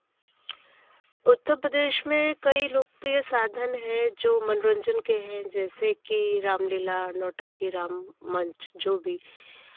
उत्तरप्रदेश में कई लोकप्रिय साधन है जो मनोरंजन के हैं जैसे कि रामलीला नौटंकी राम मंच जो भी